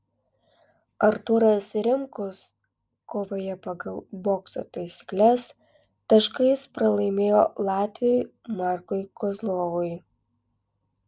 artūras rimkus kovoje pagal bokso taisykles taškais pralaimėjo latviui markui kozlovui